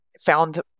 found